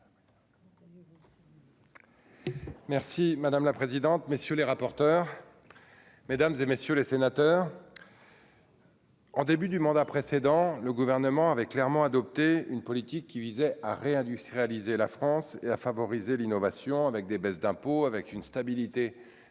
Merci madame la présidente, messieurs les rapporteurs, mesdames et messieurs les sénateurs. En début du mandat précédent, le gouvernement avait clairement adopté une politique qui visait à réindustrialiser la France et à favoriser l'innovation avec des baisses d'impôts avec une stabilité des